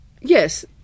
Yes